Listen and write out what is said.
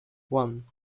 one